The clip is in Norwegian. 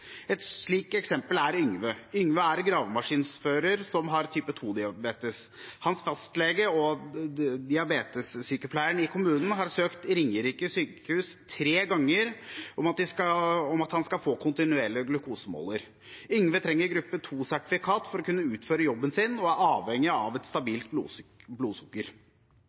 Et slikt eksempel er Yngve. Yngve er en gravemaskinfører som har type 2-diabetes. Hans fastlege og diabetessykepleieren i kommunen har søkt Ringerike sykehus tre ganger om at han skal få kontinuerlig glukosemåler. Yngve trenger gruppe 2-sertifikat for å kunne utføre jobben sin og er avhengig av et stabilt blodsukker.